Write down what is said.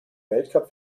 weltcup